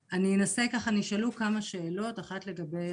נשאלו כמה שאלות, אחת לגבי